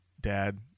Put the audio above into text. Dad